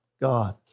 God